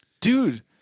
Dude